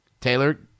Taylor